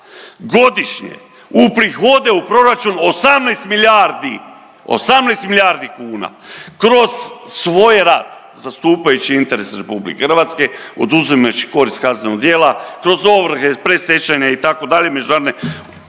godišnje uprihode u proračun 18 milijardi, 18 milijardi kuna, kroz svoj rad zastupajući interese RH, oduzimajući korist kaznenog djela, kroz ovrhe, predstečajne, itd., međunarodne,